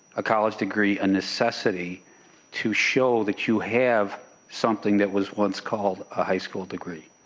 a college degree, a necessity to show that you have something that was once called a high school degree?